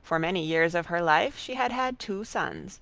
for many years of her life she had had two sons